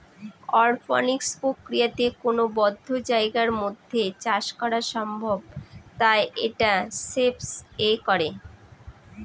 অরপনিক্স প্রক্রিয়াতে কোনো বদ্ধ জায়গার মধ্যে চাষ করা সম্ভব তাই এটা স্পেস এ করে